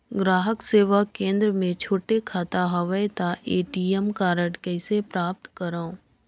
ग्राहक सेवा केंद्र मे छोटे खाता हवय त ए.टी.एम कारड कइसे प्राप्त करव?